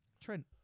Trent